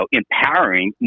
empowering